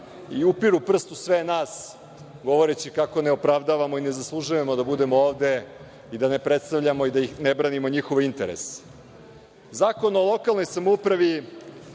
i upiru prst u sve nas govoreći kako ne opravdavamo i ne zaslužujemo da budemo ovde i da ne predstavljamo i ne branimo njihove interese. Zakon o lokalnoj samoupravi